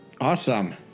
Awesome